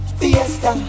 fiesta